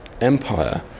empire